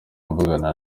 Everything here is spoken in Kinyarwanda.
mvugana